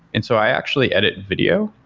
and so i actually edit video,